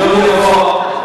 יום יבוא,